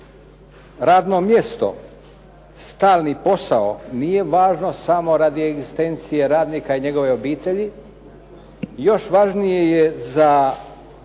radno mjesto, stalni posao nije važno samo radi egzistencije radnika i njegove obitelji, još važnije je za